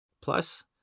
Plus